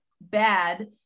bad